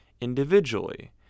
individually